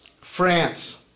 France